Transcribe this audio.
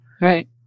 Right